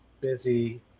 busy